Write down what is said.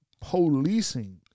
policing